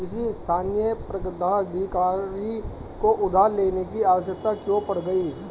किसी स्थानीय प्राधिकारी को उधार लेने की आवश्यकता क्यों पड़ गई?